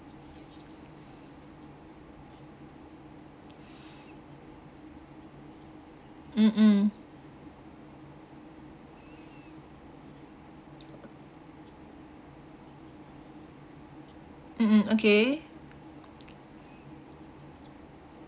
mm mm mm mm okay